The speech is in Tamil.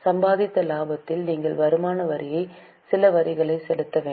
சம்பாதித்த லாபத்தில் நீங்கள் வருமான வரியான சில வரியை செலுத்த வேண்டும்